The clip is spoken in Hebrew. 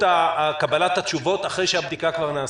קבלת התשובות אחרי שהבדיקה כבר נעשתה.